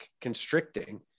constricting